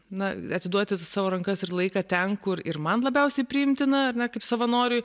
na atiduoti savo rankas ir laiką ten kur ir man labiausiai priimtina ar ne kaip savanoriui